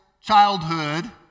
childhood